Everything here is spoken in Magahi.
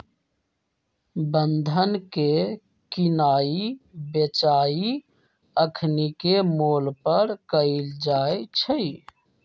बन्धन के किनाइ बेचाई अखनीके मोल पर कएल जाइ छइ